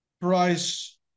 Price